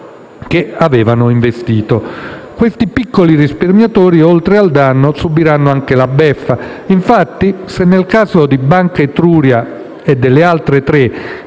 che avevano investito. Questi piccoli risparmiatori subiranno oltre al danno, la beffa. Infatti, se nel caso di Banca Etruria e delle altre tre